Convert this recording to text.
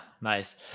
nice